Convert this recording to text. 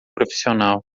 profissional